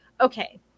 Okay